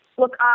look